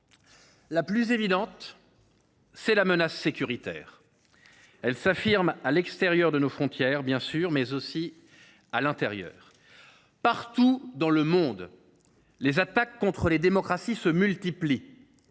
la plus évidente, est la menace sécuritaire. Elle s’affirme à l’extérieur de nos frontières, mais aussi à l’intérieur. Partout dans le monde, les attaques contre les démocraties redoublent.